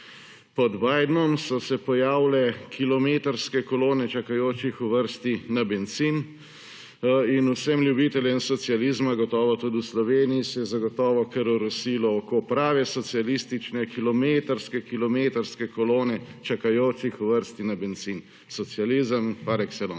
Pod Bidnom so se pojavile kilometrske kolone čakajočih v vrsti na bencin in vsem ljubiteljem socializma, gotovo tudi v Sloveniji, se je zagotovo kar orosilo oko, prave socialistične kilometrske kilometrske kolone čakajočih v vrsti na bencin. Socializem par